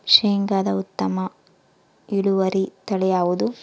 ಶೇಂಗಾದ ಉತ್ತಮ ಇಳುವರಿ ತಳಿ ಯಾವುದು?